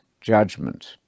judgment